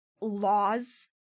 laws